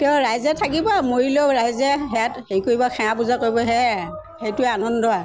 তেওঁ ৰাইজে থাকিব আৰু মৰিলেও ৰাইজে হেৰিয়াত হেৰি কৰিব সেৱা পূজা কৰিব সেয়াই সেইটোৱে আনন্দ